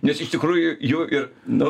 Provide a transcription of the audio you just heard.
nes iš tikrųjų jų ir nu